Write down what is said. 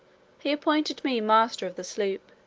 he appointed me master of the sloop,